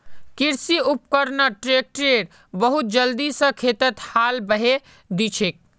कृषि उपकरणत ट्रैक्टर बहुत जल्दी स खेतत हाल बहें दिछेक